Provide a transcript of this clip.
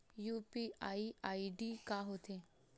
UPI ID का होथे?